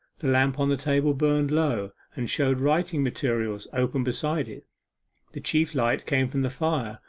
the lamp on the table burned low, and showed writing materials open beside it the chief light came from the fire,